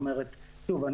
שוב,